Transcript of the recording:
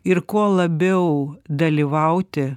ir kuo labiau dalyvauti